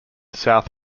south